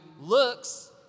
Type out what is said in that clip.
looks